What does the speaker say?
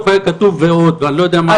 היה כתוב ועוד ואני לא יודע מה ה'ועוד' הזה כולל.